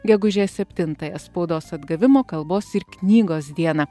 gegužės septintąją spaudos atgavimo kalbos ir knygos dieną